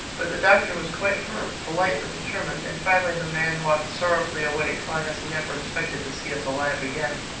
but the doctor was quite firm-polite but determined and finally the man walked sorrowfully away, telling us he never expected to see us alive again.